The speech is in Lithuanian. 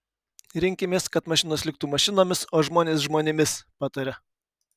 rinkimės kad mašinos liktų mašinomis o žmonės žmonėmis pataria